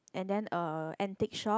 and a antique shop